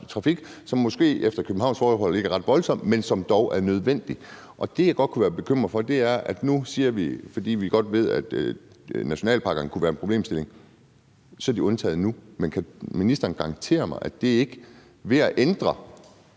som måske efter københavnske forhold ikke er ret voldsom, men som dog er nødvendig. Og det, jeg godt kunne være bekymret for, er, at vi, fordi vi godt ved, at nationalparkerne kunne være en problemstilling, så nu siger, at de er undtaget. Men kan ministeren garantere mig, at det ikke er ved at ændre